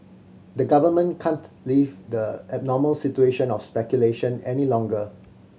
the government can't leave the abnormal situation of speculation any longer